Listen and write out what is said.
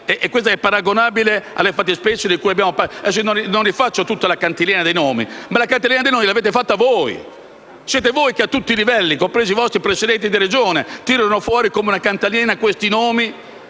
Questo è paragonabile alle fattispecie di cui abbiamo parlato? Adesso non rifaccio tutta la cantilena dei nomi, ma siete stati voi a farla. Siete voi, a tutti i livelli, compresi i vostri Presidenti di Regione, a tirare fuori come una cantilena questi nomi